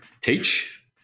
teach